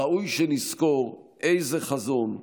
ראוי שנזכור איזה חזון,